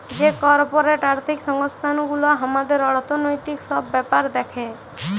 যে কর্পরেট আর্থিক সংস্থান গুলা হামাদের অর্থনৈতিক সব ব্যাপার দ্যাখে